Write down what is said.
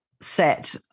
set